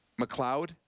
McLeod